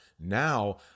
Now